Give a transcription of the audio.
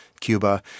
Cuba